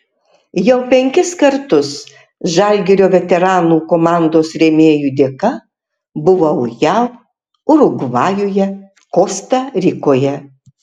jau penkis kartus žalgirio veteranų komandos rėmėjų dėka buvau jav urugvajuje kosta rikoje